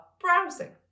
browsing